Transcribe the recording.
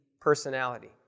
personality